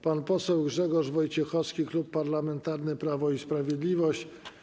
Pan poseł Grzegorz Wojciechowski, Klub Parlamentarny Prawo i Sprawiedliwość.